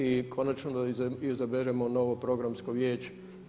I konačno da izaberemo novo programsko vijeće.